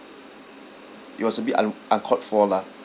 it was a bit un~ uncalled for lah